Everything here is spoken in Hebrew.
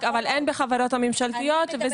אבל אין בחברות הממשלתיות.